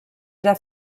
era